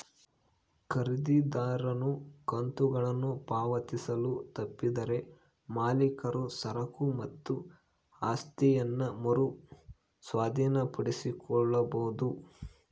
ಖರೀದಿದಾರನು ಕಂತುಗಳನ್ನು ಪಾವತಿಸಲು ತಪ್ಪಿದರೆ ಮಾಲೀಕರು ಸರಕು ಮತ್ತು ಆಸ್ತಿಯನ್ನ ಮರು ಸ್ವಾಧೀನಪಡಿಸಿಕೊಳ್ಳಬೊದು